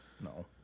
No